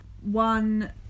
one